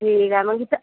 ठीक आहे मग इथं